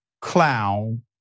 clown